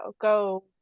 Go